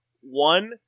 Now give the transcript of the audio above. One